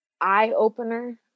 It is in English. eye-opener